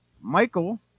Michael